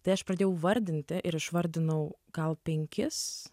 tai aš pradėjau vardinti ir išvardinau gal penkis